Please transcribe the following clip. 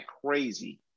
crazy